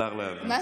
זר לא יבין.